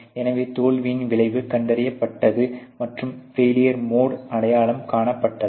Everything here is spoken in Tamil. எனவே தோல்வியின் விளைவு கண்டறியப்பட்டது மற்றும் ஃபெயிலியர் மோடு அடையாளம் காணப்பட்டது